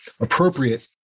appropriate